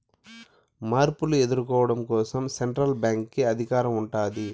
మార్పులు ఎదుర్కోవడం కోసం సెంట్రల్ బ్యాంక్ కి అధికారం ఉంటాది